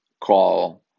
call